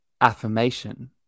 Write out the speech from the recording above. affirmation